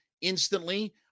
instantly